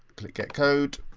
click get code,